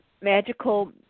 magical